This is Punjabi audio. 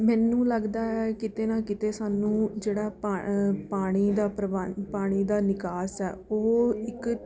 ਮੈਨੂੰ ਲੱਗਦਾ ਹੈ ਕਿਤੇ ਨਾ ਕਿਤੇ ਸਾਨੂੰ ਜਿਹੜਾ ਪਾਣ ਪਾਣੀ ਦਾ ਪ੍ਰਬੰ ਪਾਣੀ ਦਾ ਨਿਕਾਸ ਹੈ ਉਹ ਇੱਕ